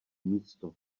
místo